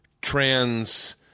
trans